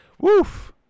woof